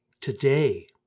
Today